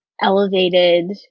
elevated